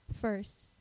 first